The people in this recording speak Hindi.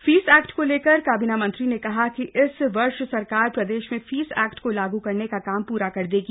फीस एक्ट को लेकर काबीना मंत्री ने कहा कि इस वर्ष सरकार प्रदेश में फीस एक्ट को लागू करने का काम पूरा कर देगी